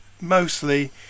mostly